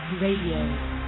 Radio